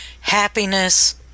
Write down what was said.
happiness